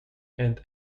and